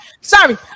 Sorry